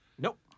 Nope